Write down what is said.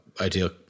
ideal